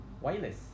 Wireless